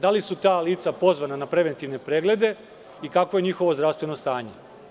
Da li su ta lica pozvana na preventivne preglede i kakvo je njihovo zdravstveno stanje?